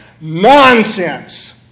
Nonsense